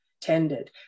tended